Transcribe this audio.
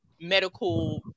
medical